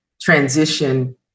transition